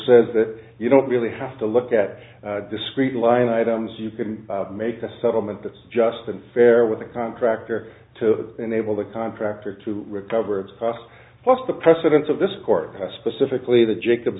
says that you don't really have to look at discrete line items you can make the settlement that's just been fair with the contractor to enable the contractor to recover its cost plus the precedents of this court specifically the jacobs